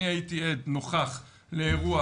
אני הייתי עד נוכח באירוע.